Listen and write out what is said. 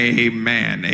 amen